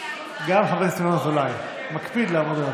גם חבר הכנסת ינון אזולאי מקפיד לעמוד בזמן.